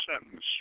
sentence